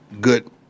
good